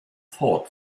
thought